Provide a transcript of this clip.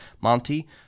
Monty